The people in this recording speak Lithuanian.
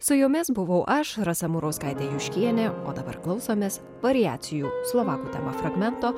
su jumis buvau aš rasa murauskaitė juškienė o dabar klausomės variacijų slovakų tema fragmento